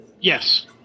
Yes